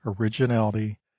originality